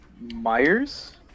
Myers